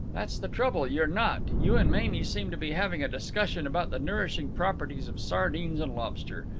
that's the trouble. you're not. you and mamie seem to be having a discussion about the nourishing properties of sardines and lobster.